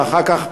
ואחר כך,